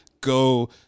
go –